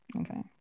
Okay